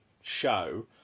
show